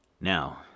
Now